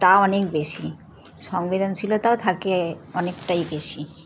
তা অনেক বেশি সংবেদনশীলতাও থাকে অনেকটাই বেশি